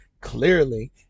Clearly